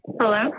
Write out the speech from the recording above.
Hello